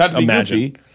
imagine